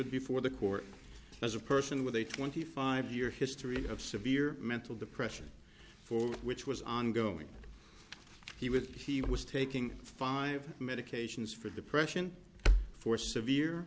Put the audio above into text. before the court as a person with a twenty five year history of severe mental depression for which was ongoing he with he was taking five medications for depression for severe